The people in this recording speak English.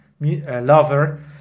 lover